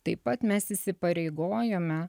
taip pat mes įsipareigojome